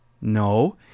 No